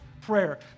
prayer